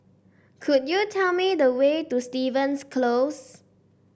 could you tell me the way to Stevens Close